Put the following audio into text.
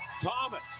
Thomas